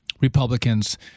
Republicans